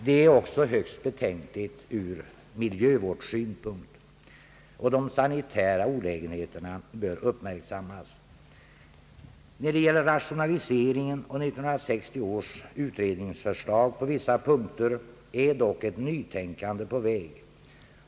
Det är också högst betänkligt ur miljövårdssynpunkt. De sanitära olägenheterna bör uppmärksammas. När det gäller rationaliseringen och 1960 års utredningsförslag på vissa punkter är dock ett nytänkande på väg.